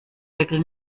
deckel